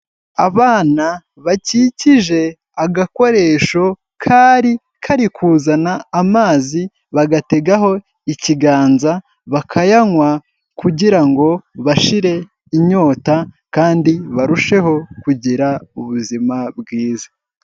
Abana bakikije agakoresho kari kari kuzana amazi bagategaho ikiganza, bakayanywa kugira ngo bashire inyota kandi barusheho kugira ubuzima bwiza.